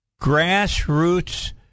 grassroots